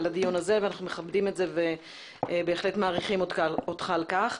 לדיון הזה ואנחנו מכבדים את זה ומעריכים אותך על כך.